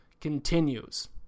continues